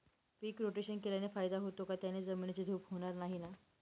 पीक rotation केल्याने फायदा होतो का? त्याने जमिनीची धूप होणार नाही ना?